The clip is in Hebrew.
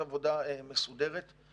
אני